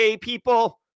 people